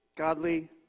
Godly